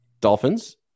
Dolphins